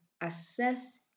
assess